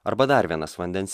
arba dar vienas vandens